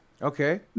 Okay